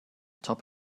top